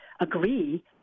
agree